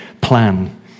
plan